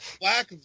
black